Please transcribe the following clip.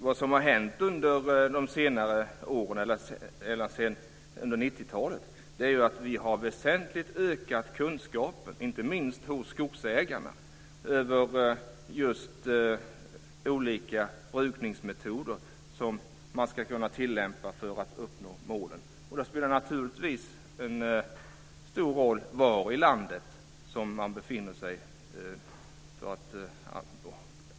Vad som har hänt under 90-talet är att kunskaperna har ökat väsentligt, inte minst hos skogsägarna, när det gäller olika brukningsmetoder som ska kunna tillämpas för att målen ska uppnås. Det spelar naturligtvis en stor roll var i landet som man befinner sig.